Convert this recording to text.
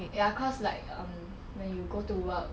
ya cause like um when you go to work